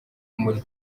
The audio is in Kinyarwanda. muri